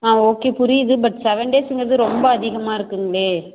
ஆ okay புரியுது but seven டேஸுங்கிறது ரொம்ப அதிகமாக இருக்குதுங்களே